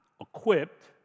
equipped